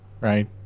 Right